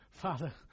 Father